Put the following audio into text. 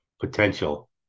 potential